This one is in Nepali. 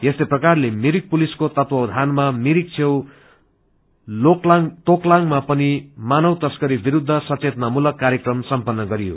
यस्तै प्रकारले भिरिक पुलिसको तत्वावधानमा भिरिक छेउ तोकलांगमा पनि मानव तस्करी विरूद्ध सचेतनामूलक कार्यक्रम सम्पत्र गरियो